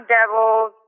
devils